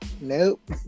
Nope